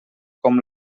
com